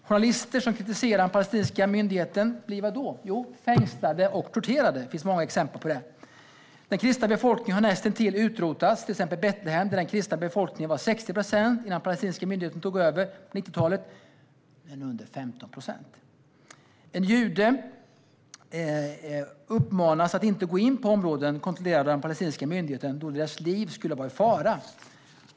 Journalister som kritiserar den palestinska myndigheten blir fängslade och torterade - det finns många exempel på detta. Den kristna befolkningen har näst intill utrotats, till exempel i Betlehem. Där utgjorde de 60 procent när den palestinska myndigheten tog över på 90-talet, men nu är de under 15 procent. Judar uppmanas att inte gå in i områden som kontrolleras av den palestinska myndigheten då deras liv då skulle vara i fara.